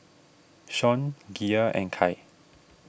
Sean Gia and Kai